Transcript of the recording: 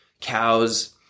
cows